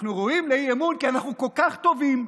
אנחנו ראויים לאי-אמון, כי אנחנו כל כך טובים,